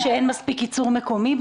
שאין מספיק ייצור מקומי?